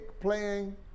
playing